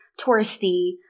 touristy